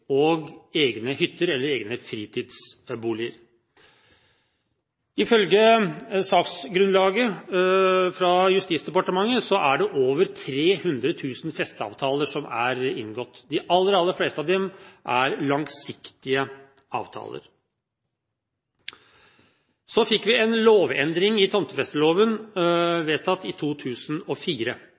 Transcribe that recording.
og egen hytte eller fritidsbolig. Ifølge saksgrunnlaget fra Justisdepartementet er det inngått over 300 000 festeavtaler. De aller, aller fleste av dem er langsiktige avtaler. Så fikk vi en lovendring i tomtefesteloven, vedtatt i 2004.